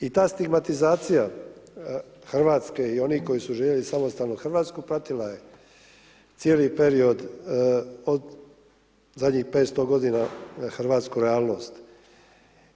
I ta stigmatizacija Hrvatske i onih koji su živjeli samostalnu Hrvatsku, pratila je cijeli period, od zadnjih 500 g. hrvatsku realnost